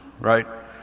right